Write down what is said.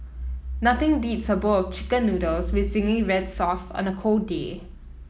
nothing beats a bowl of chicken noodles with zingy red sauce on a cold day